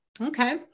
Okay